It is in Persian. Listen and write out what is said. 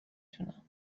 تونم